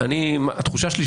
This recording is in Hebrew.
התחושה שלי,